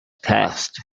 passed